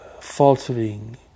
faltering